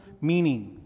meaning